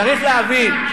צריך להבין.